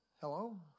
Hello